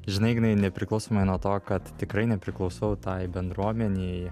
žinai ignai nepriklausomai nuo to kad tikrai nepriklausau tai bendruomenei